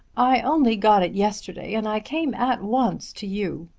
i only got it yesterday and i came at once to you.